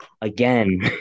again